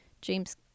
James